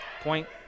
Point